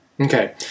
Okay